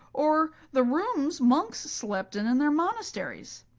or the rooms monks slept in in their monasteries.